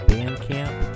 Bandcamp